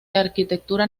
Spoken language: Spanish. arquitectura